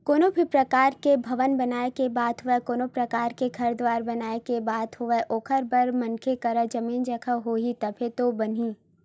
कोनो भी परकार के भवन बनाए के बात होवय कोनो परकार के घर दुवार बनाए के बात होवय ओखर बर मनखे करा जमीन जघा होही तभे तो बनही